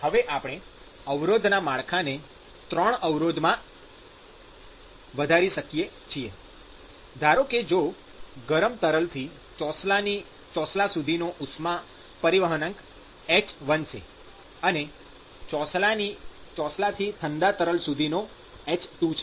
તેથી હવે આપણે અવરોધના માળખાને 3 અવરોધમાં વધારી શકીએ છીએ ધારો કે જો ગરમ તરલથી ચોસલા સુધીનો ઉષ્મા પરિવહનાંક h1 છે અને ચોસલાથી ઠંડા તરલ સુધીનો h2 છે